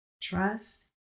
trust